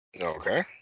Okay